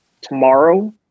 tomorrow